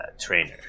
trainer